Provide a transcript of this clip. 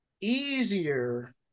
easier